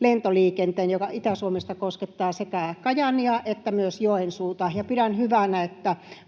lentoliikenteen, joka Itä-Suomesta koskettaa sekä Kajaania että myös Joensuuta. Pidän hyvänä, että